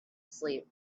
sleep